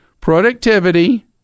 productivity